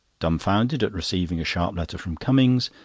dumfounded at receiving a sharp letter from cummings,